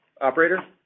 Operator